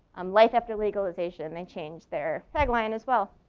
um life after legalization, they changed their tagline as well.